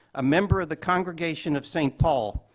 a member of the congregation of saint paul,